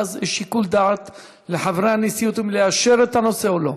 ואז יש שיקול דעת לחברי הנשיאות אם לאשר את הנושא או לא.